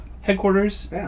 headquarters